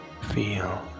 Feel